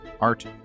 art